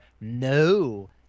no